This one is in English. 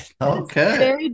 Okay